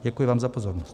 Děkuji vám za pozornost.